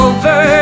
Over